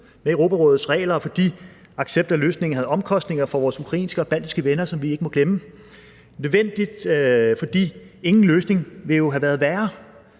med Europarådets regler, og fordi accept af løsningen havde omkostninger for vores ukrainske og baltiske venner, som vi ikke må glemme. Og den var nødvendig, fordi ingen løsning jo ville have været værre.